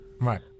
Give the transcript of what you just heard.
Right